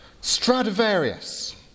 Stradivarius